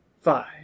five